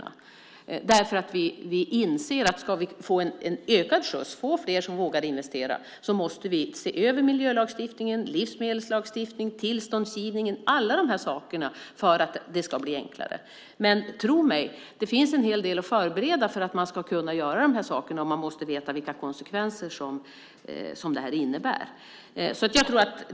Vi inser nämligen att om vi ska få ökad skjuts, få fler som vågar investera, måste vi se över miljölagstiftningen, livsmedelslagstiftningen, tillståndsgivningen. Alla dessa saker måste ses över för att det ska bli enklare. Men tro mig, det finns en hel del att förbereda när det gäller att göra dessa saker, och man måste veta vilka konsekvenser det medför.